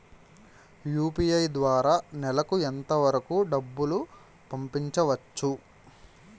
UPI ద్వారా నెలకు ఎంత వరకూ డబ్బులు పంపించవచ్చు?